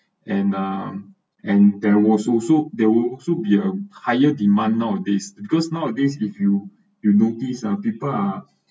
and um and there was also there will also be a higher demand nowadays because nowadays with you you notice on people are